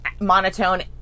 monotone